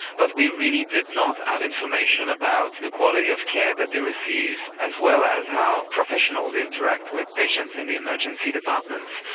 but we really did not have information about the quality of care that they receive, as well as how professionals interact with patients in the emergency departments.